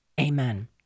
Amen